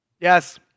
Yes